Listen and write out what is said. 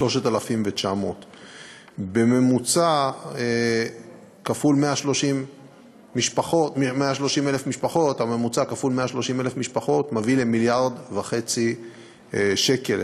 3,900. הממוצע כפול 130,000 משפחות מביא למיליארד וחצי שקל,